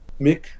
Mick